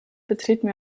betreten